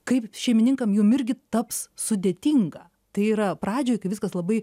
kaip šeimininkam jum irgi taps sudėtinga tai yra pradžioj kai viskas labai